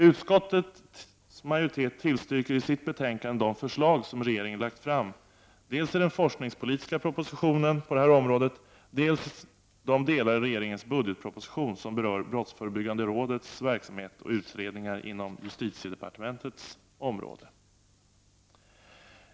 Utskottets majoritet tillstyrker i sitt betänkande de förslag som regeringen lagt fram, dels i den forskningspolitiska propositionen på detta område, dels i de delar i regeringens budgetproposition som berör brottsförebyggande rådets verksamhet och utredningar inom justitiedepartementets område.